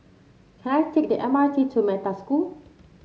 can I take the M R T to Metta School